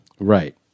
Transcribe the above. Right